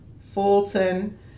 Fulton